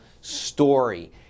story